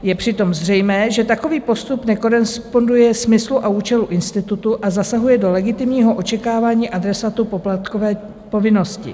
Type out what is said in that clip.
Je přitom zřejmé, že takový postup nekoresponduje smyslu a účelu institutu a zasahuje do legitimního očekávání adresátů poplatkové povinnosti.